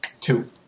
Two